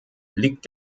liegt